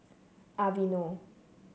Aveeno